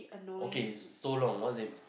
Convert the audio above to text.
okay so long once they